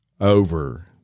Over